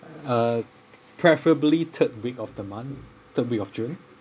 uh preferably third week of the month third week of june